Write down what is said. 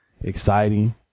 exciting